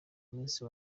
munsi